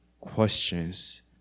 questions